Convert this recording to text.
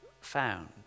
found